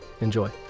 Enjoy